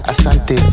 Asante